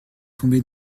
tombée